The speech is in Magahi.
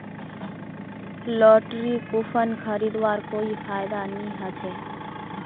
लॉटरी कूपन खरीदवार कोई फायदा नी ह छ